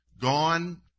gone